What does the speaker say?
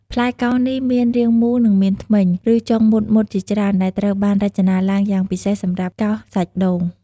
ផ្លែកោសនេះមានរាងមូល និងមានធ្មេញ ឬចុងមុតៗជាច្រើនដែលត្រូវបានរចនាឡើងយ៉ាងពិសេសសម្រាប់កោសសាច់ដូង។